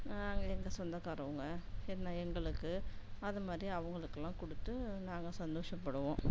எங்கள் சொந்தக்காரவங்க என்ன எங்களுக்கு அது மாரி அவங்களுக்குலாம் கொடுத்து நாங்கள் சந்தோஷப்படுவோம்